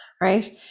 Right